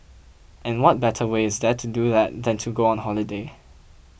and what better way is there to do that than to go on holiday